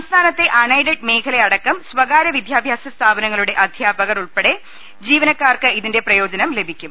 സംസ്ഥാനത്തെ unaided മേഖ ലയിലടക്കം സ്വകാര്യ വിദ്യാഭ്യാസ സ്ഥാപനങ്ങളുടെ അധ്യാപ കർ ഉൾപ്പെടെ ജീവനക്കാർക്ക് ഇതിന്റെ പ്രയോജനം ലഭിക്കും